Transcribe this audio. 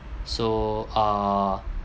so err